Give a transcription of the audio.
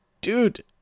dude